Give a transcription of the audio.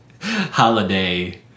holiday